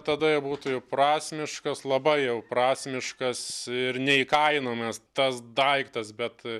tada jau būtų jau prasmiškas labai jau prasmiškas ir neįkainojamas tas daiktas bet